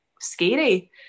scary